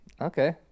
Okay